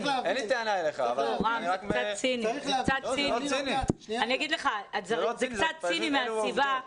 לא, זה לא ציני, אלו העובדות.